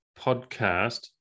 podcast